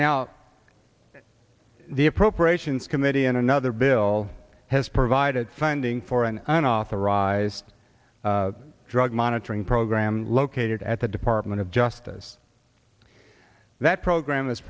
now the appropriations committee in another bill has provided funding for an unauthorized drug monitoring program located at the department of justice that program